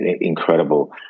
incredible